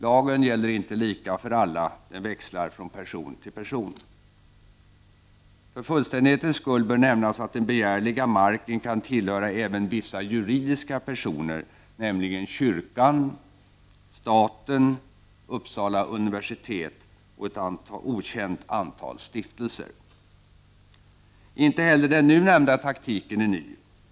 Lagen gäller inte lika för alla; den växlar från person till person. För fullständighetens skull bör det nämnas att den begärliga marken kan tillhöra även vissa juridiska personer, nämligen kyrkan, staten, Uppsala universitet och ett okänt antal stiftelser. Inte heller den nu nämnda taktiken är ny.